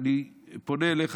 אני פונה אליך,